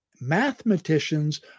mathematicians